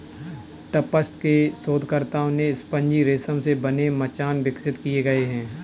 Tufts के शोधकर्ताओं ने स्पंजी रेशम से बने मचान विकसित किए हैं